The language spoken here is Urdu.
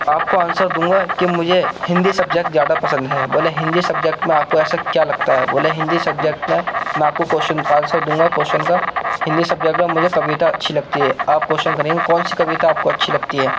آپ کو آنسر دوں گا کہ مجھے ہندی سبجیکٹ زیادہ پسند ہے بولے ہندی سبجیکٹ میں آپ کو ایسا کیا لگتا ہے بولے ہندی سبجیکٹ میں میں آپ کو کویشچن کا آنسر دوں گا کویشچن کا ہندی سبجیکٹ میں مجھے کویتا اچھی لگتی ہے آپ کویشچن کریں گے کون سی کویتا آپ کو اچھی لگتی ہے